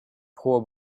poor